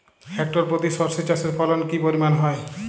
Hectare প্রতি সর্ষে চাষের ফলন কি পরিমাণ হয়?